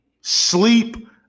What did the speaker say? Sleep